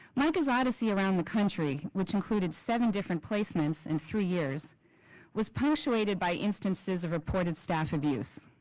mica's odyssey around the country which included seven different placements in three years was punctuated by instances of reported staff abuse.